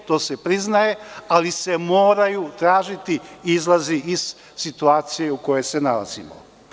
To se priznaje, ali se moraju tražiti izlazi iz situacije u kojoj se nalazimo.